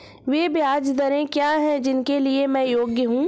वे ब्याज दरें क्या हैं जिनके लिए मैं योग्य हूँ?